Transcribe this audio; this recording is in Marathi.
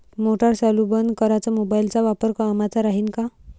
मोटार चालू बंद कराच मोबाईलचा वापर कामाचा राहीन का?